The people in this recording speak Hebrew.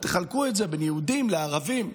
תחלקו את זה בין יהודים לערבים,